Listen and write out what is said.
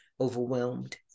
overwhelmed